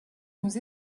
nous